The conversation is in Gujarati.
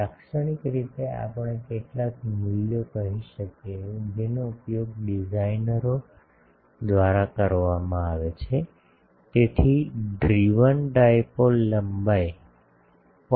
લાક્ષણિક રીતે આપણે કેટલાક મૂલ્યો કહી શકીએ જેનો ઉપયોગ ડિઝાઇનરો દ્વારા કરવામાં આવે છે તેથી ડ્રિવન ડાઇપોલ લંબાઈ 0